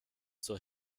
zur